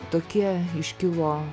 tokie iškilo